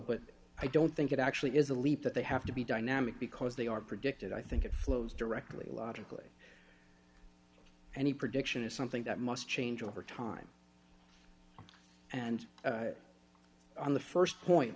but i don't think it actually is a leap that they have to be dynamic because they are predicted i think it flows directly logically any prediction is something that must change over time and on the st point